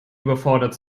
überfordert